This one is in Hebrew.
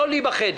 לא לי בחדר.